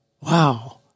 Wow